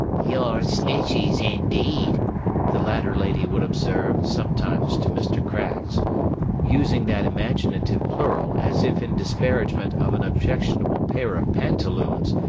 your snitcheys indeed the latter lady would observe, sometimes, to mr. craggs using that imaginative plural as if in disparagement of an objectionable pair of pantaloons,